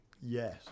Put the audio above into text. Yes